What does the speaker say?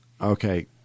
okay